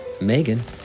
Megan